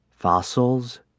Fossils